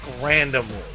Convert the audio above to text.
randomly